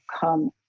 come